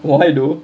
why though